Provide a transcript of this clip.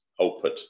output